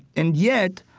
and yet,